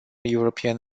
european